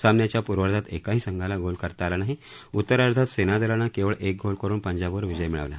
सामन्या पूर्वाधात एकाही संघाला गोल करता आला नाही उत्तरार्धात सेनादलानं केवळ एक गोल करुन पंजाबवर विजय मिळवला